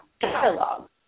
dialogue